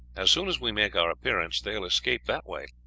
as soon as we make our appearance, they will escape that way,